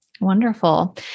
Wonderful